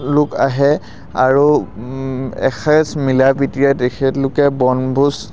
লোক আহে আৰু এসাঁজ মিলা প্ৰীতিৰে তেখেতলোকে বনভোজ